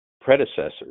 predecessors